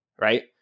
Right